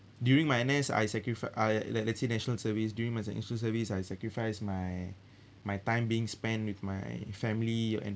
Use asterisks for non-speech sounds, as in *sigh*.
during my N_S I sacrifice I let let's say national service during my national service I sacrifice my *breath* my time being spent with my family and